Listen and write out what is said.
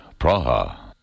Praha